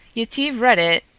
yetive read it,